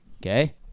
Okay